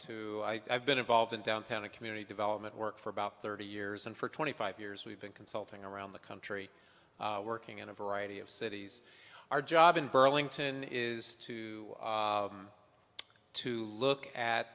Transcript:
too i've been involved in downtown a community development work for about thirty years and for twenty five years we've been consulting around the country working in a variety of cities our job in burlington is to to look at